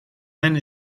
hen